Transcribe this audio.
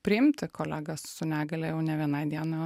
priimti kolegas su negalia jau ne vienai dienai o